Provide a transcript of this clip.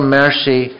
mercy